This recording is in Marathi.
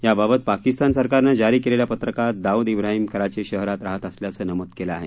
याबाबत पाकिस्तान सरकारनं जारी केलेल्या पत्रकात दाऊद ब्राहिम कराची शहरात राहत असल्याचं नमूद केलं आहे